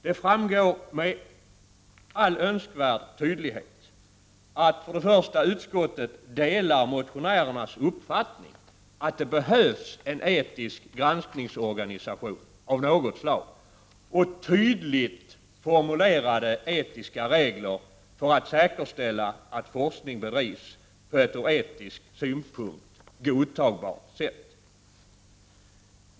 Det framgår med all önskvärd tydlighet att utskottet delar motionärernas uppfattning att det behövs både en etisk granskningsorganisation och tydligt formulerade etiska regler för att säkerställa att forskning bedrivs på ett ur etisk synpunkt godtagbart sätt.